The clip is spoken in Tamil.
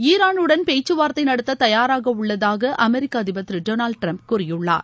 ஈரான் உடன் பேச்சுவார்த்தை நடத்த தயாராக உள்ளதாக அமெரிக்க அதிபர் திரு டொனால்டு டிரம்ப் கூறியுள்ளார்